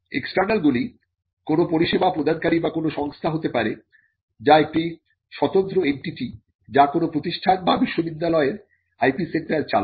external গুলি কোন পরিষেবা প্রদানকারী বা কোন সংস্থা হতে পারে যা একটি স্বতন্ত্র এন্টিটি যা কোন প্রতিষ্ঠান বা বিশ্ববিদ্যালয়ের IP সেন্টার চালায়